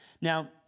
Now